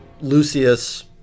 Lucius